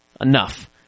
enough